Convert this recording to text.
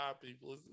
people